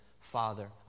Father